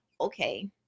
okay